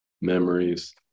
memories